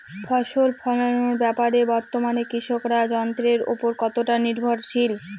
ফসল ফলানোর ব্যাপারে বর্তমানে কৃষকরা যন্ত্রের উপর কতটা নির্ভরশীল?